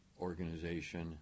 organization